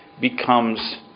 becomes